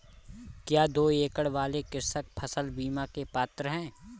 क्या दो एकड़ वाले कृषक फसल बीमा के पात्र हैं?